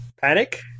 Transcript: Panic